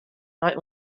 nei